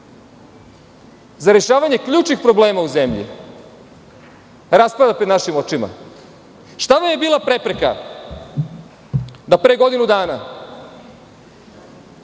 za rešavanje ključnih problema u zemlji raspada pred našim očima. Šta vam je bila prepreka da pre godinu dana